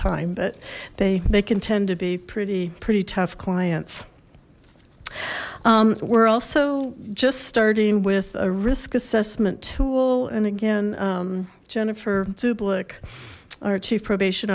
time but they they can tend to be pretty pretty tough clients we're also just starting with a risk assessment tool and again jennifer zubik our chief probation